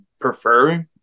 prefer